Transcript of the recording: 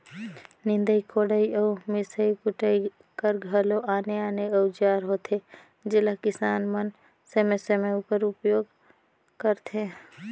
निदई कोड़ई अउ मिसई कुटई कर घलो आने आने अउजार होथे जेला किसान मन समे समे उपर उपियोग करथे